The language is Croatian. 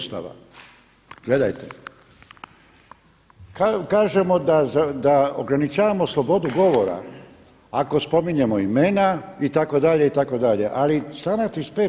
Ustava, gledajte kažemo da ograničavamo slobodu govora ako spominjemo imena itd., itd. ali članak 35.